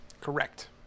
Correct